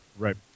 Right